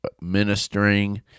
ministering